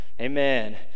Amen